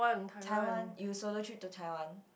Taiwan you solo trip to Taiwan